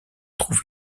trouve